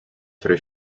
tre